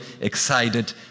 excited